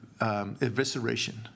evisceration